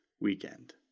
weekend